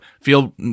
feel